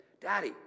Daddy